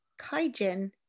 Kaijin